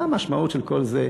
מה המשמעות של כל זה,